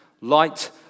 Light